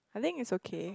I think it's okay